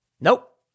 Nope